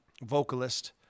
vocalist